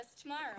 tomorrow